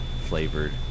flavored